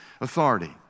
authority